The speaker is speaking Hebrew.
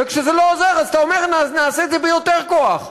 וכשזה לא עוזר אז אתה אומר נעשה את זה ביותר כוח,